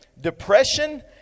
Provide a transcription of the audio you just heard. depression